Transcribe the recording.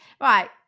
right